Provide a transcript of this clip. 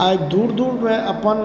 आइ दूर दूरमे अपन